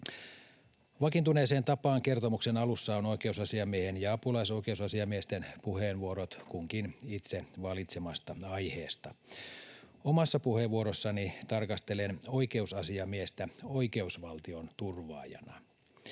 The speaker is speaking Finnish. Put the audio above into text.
Vakiintuneeseen tapaan kertomuksen alussa on oikeusasiamiehen ja apulaisoikeusasiamiesten puheenvuorot kunkin itse valitsemasta aiheesta. Omassa puheenvuorossani tarkastelen oikeusasiamiestä oikeusvaltion turvaajana.